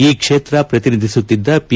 ಈ ಕ್ಷೇತ್ರ ಪ್ರತಿನಿಧಿಸುತ್ತಿದ್ದ ಪಿ